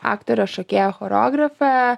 aktorė šokėja choreografė